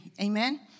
amen